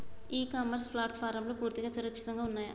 ఇ commerce ప్లాట్ఫారమ్లు పూర్తిగా సురక్షితంగా ఉన్నయా?